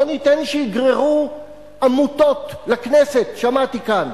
לא ניתן שיגררו עמותות לכנסת, שמעתי כאן.